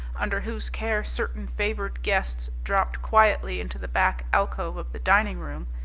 under whose care certain favoured guests dropped quietly into the back alcove of the dining-room,